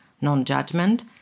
non-judgment